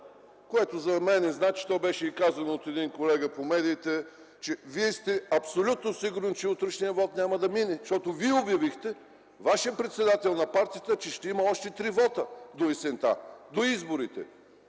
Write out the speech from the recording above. Това за мен значи, то беше казано от един колега по медиите, че вие сте абсолютно сигурни, че утрешният вот няма да мине, защото вие обявихте, вашият председател на партията, че ще има още три вота до есента – до изборите!